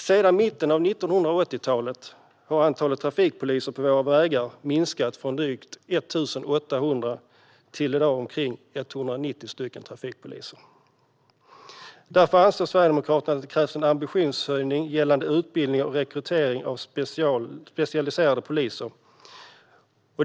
Sedan mitten av 1980-talet har antalet trafikpoliser på våra vägar minskat från drygt 1 800 till omkring 190 i dag. Därför anser Sverigedemokraterna att det krävs en ambitionshöjning gällande utbildning och rekrytering av specialiserade poliser.